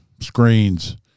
screens